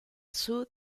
sud